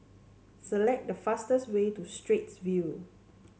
select the fastest way to Straits View